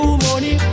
money